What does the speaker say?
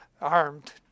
armed